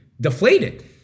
deflated